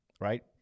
Right